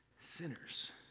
sinners